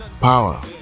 power